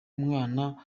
umwana